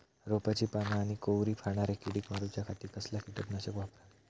रोपाची पाना आनी कोवरी खाणाऱ्या किडीक मारूच्या खाती कसला किटकनाशक वापरावे?